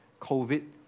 covid